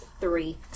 three